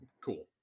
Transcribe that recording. Cool